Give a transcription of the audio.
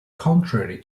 contrary